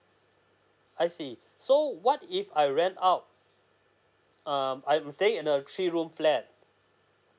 I see so what if I rent out um I'm staying in a three room flat